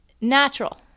natural